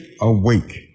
awake